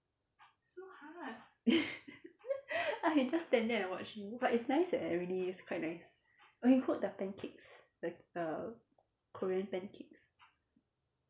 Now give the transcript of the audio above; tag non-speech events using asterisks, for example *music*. *laughs* I can just stand there and watch you but it's nice eh really it's quite nice or you can cook the pancakes the the korean pancakes